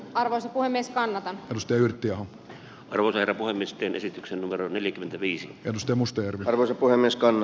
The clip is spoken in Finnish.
arvoisa puhemies kannata musteyrttiaho ruder varmistin esityksen numero neljäkymmentäviisi josta mustonen varapuhemies kalle